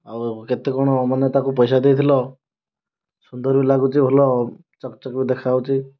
ଆଉ କେତେ କ'ଣ ମାନେ ତାକୁ ପଇସା ଦେଇଥିଲ ସୁନ୍ଦର ବି ଲାଗୁଛି ଭଲ ଚକଚକ୍ ବି ଦେଖାଯାଉଛି